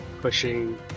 Pushing